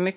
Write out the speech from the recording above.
Fru